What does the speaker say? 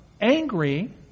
angry